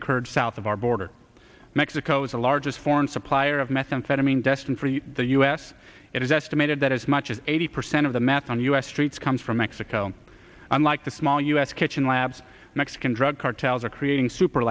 occurred south of our border mexico is the largest foreign supplier of methamphetamine destined for the u s it is estimated that as much as eighty percent of the math on u s streets comes from mexico unlike the small u s kitchen labs mexican drug cartels are creating super